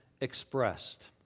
expressed